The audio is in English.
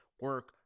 Work